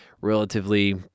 relatively